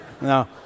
No